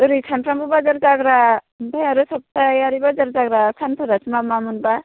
ओरै समफ्रामबो बाजार जाग्रा आमफ्राय आरो सप्तायारि बाजार जाग्रा सानफोरासो मा मामोन बा